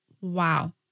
wow